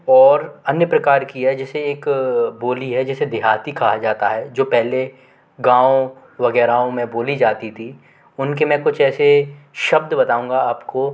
और अन्य प्रकार की है जैसे एक बोली है जिसे देहाती कहा जाता है जो पहले गाँव वग़ैरह में बोली जाती थी उन के मैं कुछ ऐसे शब्द बताऊँगा आप को